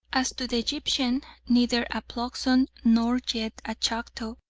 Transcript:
as to the egyptian, neither a plugson nor yet a chactaw,